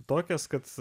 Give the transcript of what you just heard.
tokias kad